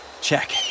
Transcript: check